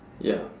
ya